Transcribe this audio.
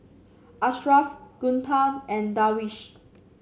Ashraff Guntur and Darwish